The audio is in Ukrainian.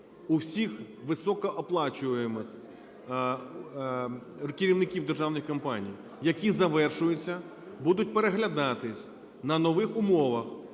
у всіх високооплачуваних керівників державних компаній, які завершуються, будуть переглядатись на нових умовах,